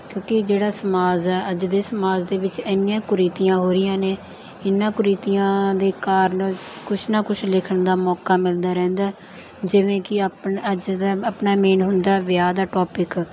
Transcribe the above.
ਕਿਉਂਕਿ ਜਿਹੜਾ ਸਮਾਜ ਹੈ ਅੱਜ ਦੇ ਸਮਾਜ ਦੇ ਵਿੱਚ ਇੰਨੀਆਂ ਕੁਰੀਤੀਆਂ ਹੋ ਰਹੀਆਂ ਨੇ ਇਨ੍ਹਾਂ ਕੁਰੀਤੀਆਂ ਦੇ ਕਾਰਨ ਕੁਛ ਨਾ ਕੁਛ ਲਿਖਣ ਦਾ ਮੌਕਾ ਮਿਲਦਾ ਰਹਿੰਦਾ ਹੈ ਜਿਵੇਂ ਕਿ ਆਪਣਾ ਅੱਜ ਦਾ ਆਪਣਾ ਮੇਨ ਹੁੰਦਾ ਵਿਆਹ ਦਾ ਟੌਪਿਕ